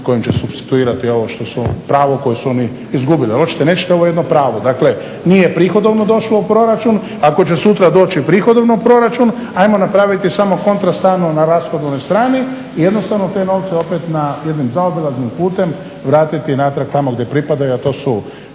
kojim će supstituirati ovo što su pravo koje su oni izgubili. Ali hoćete, nećete ovo je jedno pravo. Dakle, nije prihodovno došlo u proračun. Ako će sutra doći prihodovno u proračun hajmo napraviti samo kontra stranu na rashodovnoj strani i jednostavno te novce opet jednim zaobilaznim putem vratiti natrag tamo gdje pripadaju, a to su